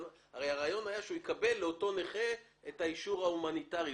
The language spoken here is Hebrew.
הרי הרעיון היה שהוא יקבל לאותו נכה את האישור ההומניטרי,